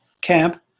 camp